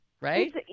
right